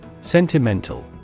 Sentimental